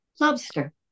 Lobster